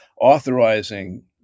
authorizing